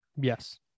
Yes